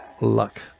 luck